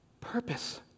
purpose